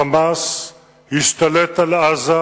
"חמאס" השתלט על עזה,